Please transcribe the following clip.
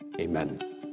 Amen